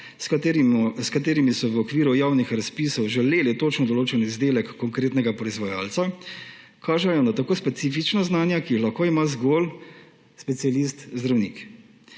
s katerimi so v okviru javnih razpisov želeli točno določen izdelek konkretnega proizvajalca, kažejo na tako specifičnost znanja, ki ga lahko ima zgolj specialist zdravnik.